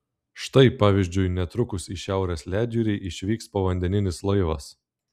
štai pavyzdžiui netrukus į šiaurės ledjūrį išvyks povandeninis laivas